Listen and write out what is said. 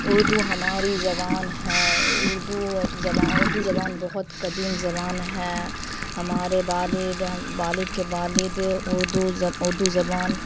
اردو ہماری زبان ہے اردو اردو زبان بہت قدیم زبان ہے ہمارے والد والد کے والد اردو اردو زبان